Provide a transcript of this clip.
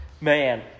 Man